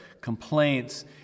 complaints